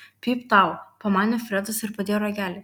pypt tau pamanė fredas ir padėjo ragelį